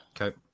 Okay